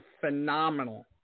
phenomenal